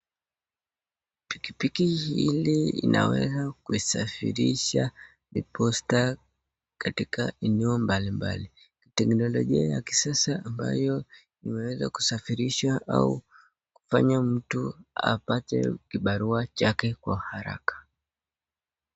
Pikipiki hili inaweza kuisafirisha posta katika eneo mbalimbali, teknolojia ya kisasa ambayo imeweza kusafirisha au kufanya mtu apate kibarua chake kwa haraka.